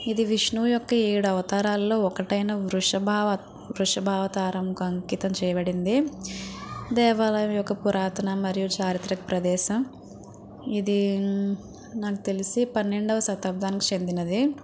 ఇది విష్ణువు యొక్క ఏడు అవతారాల్లో ఒకటైన వృషభ వృషభ అవతారంకు అంకితం చేయబడింది దేవాలయం యొక్క పురాతన మరియు చారిత్రక ప్రదేశం ఇది నాకు తెలిసి పన్నెండవ శతాబ్దానికి చెందినది